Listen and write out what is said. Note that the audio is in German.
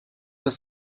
des